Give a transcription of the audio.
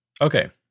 Okay